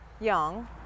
young